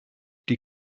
die